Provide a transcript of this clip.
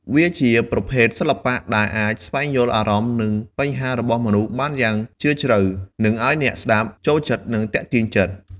វាជាប្រភេទសិល្បៈដែលអាចស្វែងយល់អារម្មណ៍និងបញ្ហារបស់មនុស្សបានយ៉ាងជ្រាវជ្រៅ និងឲ្យអ្នកស្តាប់ចូលចិត្តនិងទាក់ទាញចិត្ត។